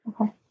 okay